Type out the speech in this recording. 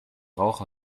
rauch